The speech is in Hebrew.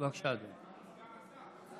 בבקשה, אדוני.